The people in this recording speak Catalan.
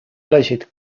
elegit